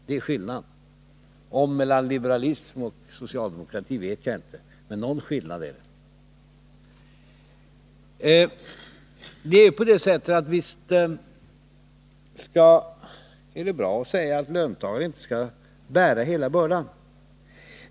Det är skillnaden — om mellan liberalism och socialdemokrati vet jag inte, men någon skillnad är det. Visst är det bra att säga att löntagarna inte skall bära hela bördan.